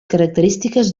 característiques